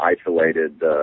isolated